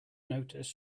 notice